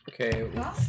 Okay